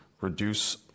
reduce